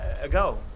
ago